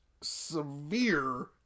severe